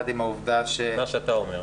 עם מה העובדה --- עם מה שאתה אומר.